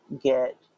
get